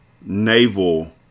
naval